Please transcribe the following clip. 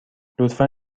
لطفا